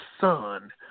son